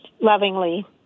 Lovingly